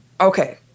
Okay